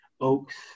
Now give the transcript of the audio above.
Oaks